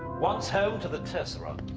once home to the tursurogs,